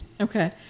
okay